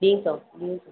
ठीकु आहे ठीकु आहे